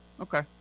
Okay